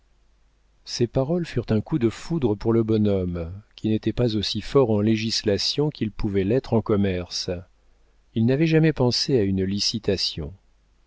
ces paroles furent un coup de foudre pour le bonhomme qui n'était pas aussi fort en législation qu'il pouvait l'être en commerce il n'avait jamais pensé à une licitation